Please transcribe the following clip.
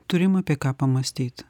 turim apie ką pamąstyt